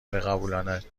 بقبولاند